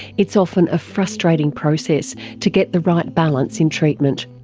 it's often a frustrating process to get the right balance in treatment.